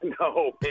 No